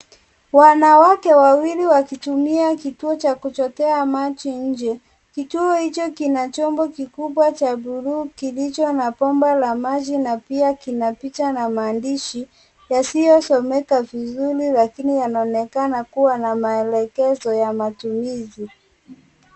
Wanawake wawili wakitumia kituo cha kuchotea maji nje, kituo hichobkina chombo kikubwa cha bulu kilicho na pamba la maji na pia kina picha na maandishi yasiyosomeka vizuri lakini yanaonekana kuwa na maelekezo ya matumizi.